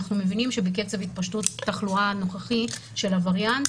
אנחנו מבינים שבקצב התפשטות תחלואה הנוכחי של הווריאנט,